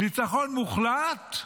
ניצחון מוחלט,